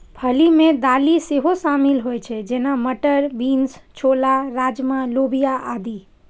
फली मे दालि सेहो शामिल होइ छै, जेना, मटर, बीन्स, छोला, राजमा, लोबिया आदि